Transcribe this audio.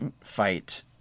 fight